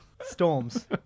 Storms